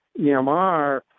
EMR